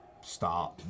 start